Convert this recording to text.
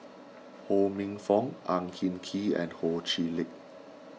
Ho Minfong Ang Hin Kee and Ho Chee Lick